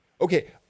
Okay